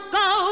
go